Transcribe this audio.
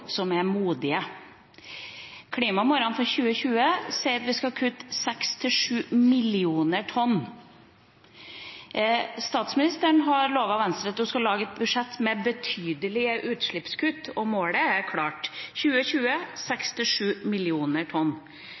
som er modige. Klimamålene for 2020 sier at vi skal kutte 6–7 millioner tonn. Statsministeren har lovet Venstre at hun skal lage et budsjett med betydelige utslippskutt, og målet er klart: 2020 – 6–7 millioner tonn.